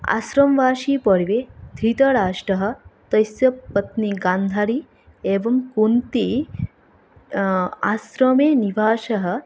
आश्रम्वासिकपर्वे धृतराष्टः तस्य पत्नी गान्धारी एवं कुन्ती आश्रमे निवासः